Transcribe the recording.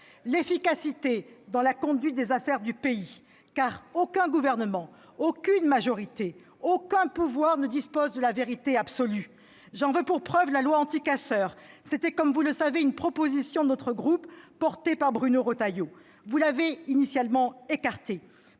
l'efficacité dans la conduite des affaires du pays, ensuite, car aucun gouvernement, aucune majorité, aucun pouvoir ne dispose de la vérité absolue. J'en veux pour preuve la loi anticasseurs : comme vous le savez, c'était une proposition de loi de notre groupe, portée par Bruno Retailleau. Vous l'avez initialement écartée,